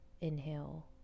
inhale